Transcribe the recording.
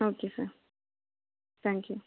okay sir thank you